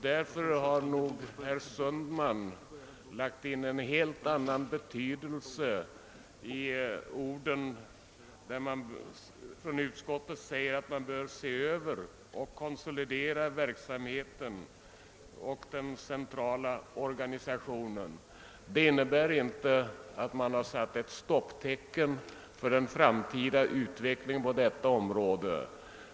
Därför har nog herr Sundman lagt in en helt annan betydelse än utskottet avsett när det skrivit att Institutet bör se över och konsolidera verksamhetsformerna och den centrala organisationen. De orden innebär inte att utskottet har velat sätta stopp för den framtida utvecklingen på detta område.